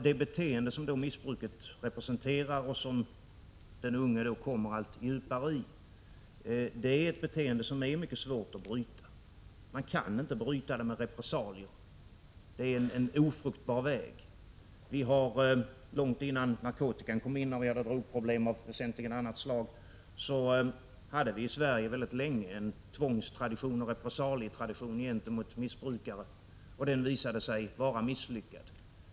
Det beteende som missbruket representerar och som den unge kommer allt djupare in i är mycket svårt att bryta. Man kan inte bryta det med repressalier. Det är en ofruktbar väg. Innan narkotikan kom in och vi hade drogproblem av väsentligen annat slag, hade vi i Sverige väldigt länge en tvångstradition och repressalietradition gentemot missbrukare, och den visade sig vara misslyckad.